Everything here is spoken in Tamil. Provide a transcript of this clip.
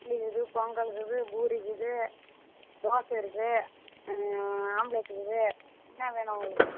இட்லி இருக்குது பொங்கல் இருக்குது பூரி இருக்குது தோசை இருக்கு ஆம்ப்லேட் இருக்குது என்ன வேணும் உங்களுக்கு